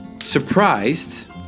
surprised